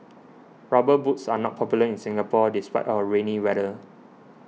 rubber boots are not popular in Singapore despite our rainy weather